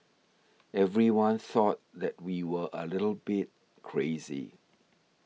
everyone thought that we were a little bit crazy